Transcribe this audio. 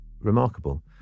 remarkable